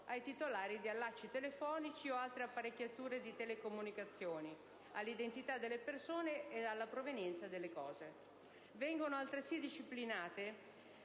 ai titolari di allacci telefonici o di altre apparecchiature di telecomunicazioni, all'identità delle persone e alla provenienza delle cose. Vengono altresì disciplinate